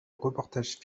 reportage